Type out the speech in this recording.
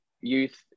youth